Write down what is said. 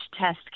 test